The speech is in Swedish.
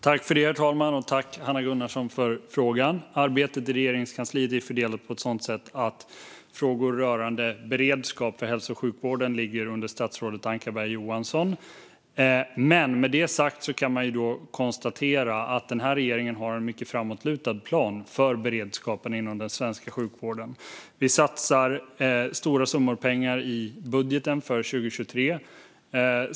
Herr talman! Jag tackar Hanna Gunnarsson för frågan. Arbetet i Regeringskansliet är fördelat på ett sådant sätt att frågor rörande beredskap för hälso och sjukvården ligger under statsrådet Ankarberg Johansson. Med detta sagt kan man konstatera att regeringen har en mycket framåtlutad plan för beredskapen inom den svenska sjukvården. Vi satsar stora summor pengar i budgeten för 2023.